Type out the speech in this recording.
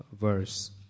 verse